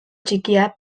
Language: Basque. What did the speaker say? txikia